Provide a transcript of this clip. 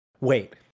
Wait